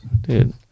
dude